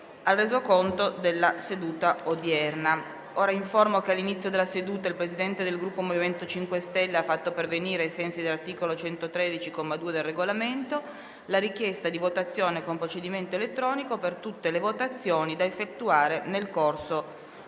Informo l'Assemblea che all'inizio della seduta il Presidente del Gruppo MoVimento 5 Stelle ha fatto pervenire, ai sensi dell'articolo 113, comma 2, del Regolamento, la richiesta di votazione con procedimento elettronico per tutte le votazioni da effettuare nel corso